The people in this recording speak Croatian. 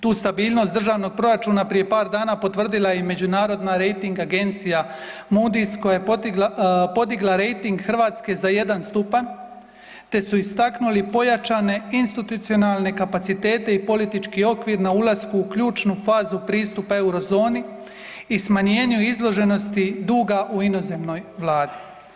Tu stabilnost državnog proračuna prije par dana potvrdila je i međunarodna Rejting agencija Moody's koja je podigla rejting Hrvatske za jedan stupanj, te su istaknuli pojačane institucionalne kapacitete i politički okvir na ulasku u ključnu fazu pristupa Eurozoni i smanjenju izloženosti duga u inozemnoj vladi.